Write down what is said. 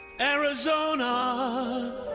Arizona